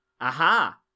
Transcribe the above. Aha